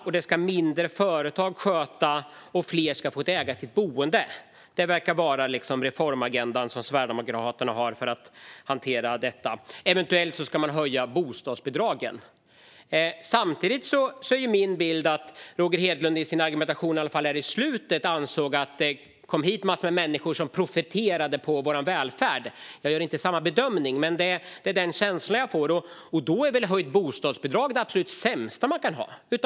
Det ska skötas av mindre företag, och fler ska få äga sitt boende. Detta verkar vara den reformagenda som Sverigedemokraterna har. Eventuellt ska man också höja bostadsbidragen. Samtidigt är mitt intryck att Roger Hedlund menar att det har kommit hit massor med människor som profiterar på vår välfärd. Jag gör inte samma bedömning, men detta är ändå den känsla jag får. Då är väl höjt bostadsbidrag det sämsta man kan ha?